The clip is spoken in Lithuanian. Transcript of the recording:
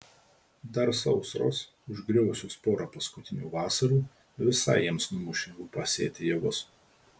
dar sausros užgriuvusios porą paskutinių vasarų visai jiems numušė ūpą sėti javus